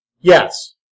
Yes